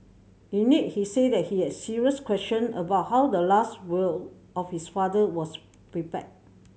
in it he said that he had serious question about how the last will of his father was prepared